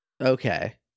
Okay